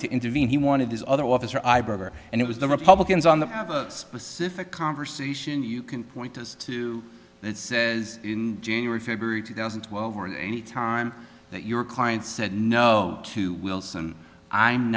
to intervene he wanted his other officer i broker and it was the republicans on that have a specific conversation you can point to that says in january february two thousand and twelve or any time that your client said no to wilson i'm